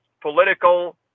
political